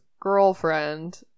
girlfriend